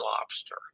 lobster